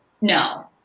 no